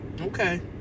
Okay